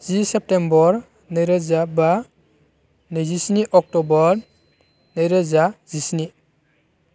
जि September नैरोजा बा नैजिस्नि अक्ट'बर नैरोजा जिस्नि